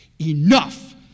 Enough